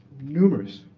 numerous